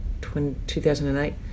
2008